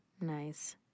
Nice